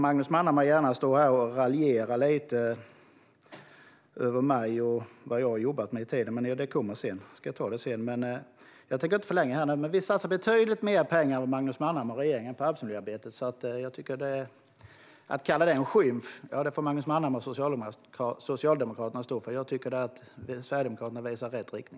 Magnus Manhammar får gärna stå här och raljera lite över mig och vad jag har jobbat med; jag ska ta det sedan och inte förlänga detta. Men vi satsar betydligt mer pengar än Magnus Manhammar och regeringen på arbetsmiljöarbetet. Att kalla det en skymf får Magnus Manhammar och Socialdemokraterna stå för. Jag tycker att Sverigedemokraterna visar rätt riktning.